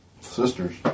sisters